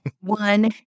one